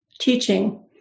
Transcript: teaching